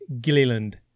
Gilliland